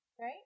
right